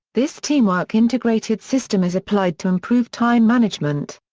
this teamwork-integrated system is applied to improve time management.